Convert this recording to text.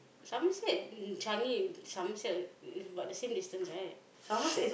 Somerset mm Changi Somerset is about the same distance right